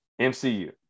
MCU